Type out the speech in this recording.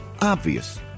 obvious